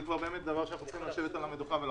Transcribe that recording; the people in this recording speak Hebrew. זה דבר שאנחנו צריכים לשבת ולחשוב.